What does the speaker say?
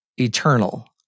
eternal